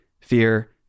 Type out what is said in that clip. fear